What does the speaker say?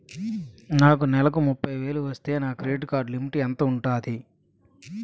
నాకు నెలకు ముప్పై వేలు వస్తే నా క్రెడిట్ కార్డ్ లిమిట్ ఎంత ఉంటాది?